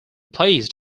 placed